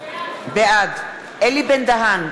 בעד אלי בן-דהן,